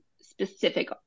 specific